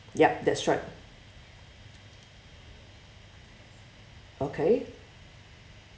yup that's right okay